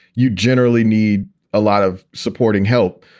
you generally need a lot of supporting help.